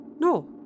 no